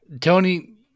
Tony